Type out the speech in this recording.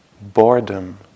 boredom